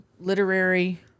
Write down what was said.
literary